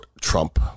Trump